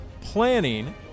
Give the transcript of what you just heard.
planning